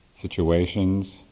situations